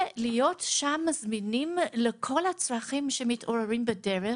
ולהיות זמינים לכל הצרכים שמתעוררים בדרך,